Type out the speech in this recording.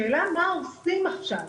השאלה היא, מה עושים עכשיו?